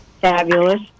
fabulous